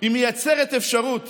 מייצרת אפשרות